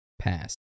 past